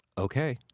okay,